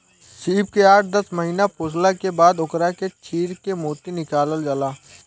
सीप के आठ दस महिना पोसला के बाद ओकरा के चीर के मोती निकालल जाला